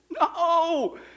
No